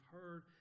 heard